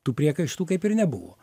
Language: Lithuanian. tų priekaištų kaip ir nebuvo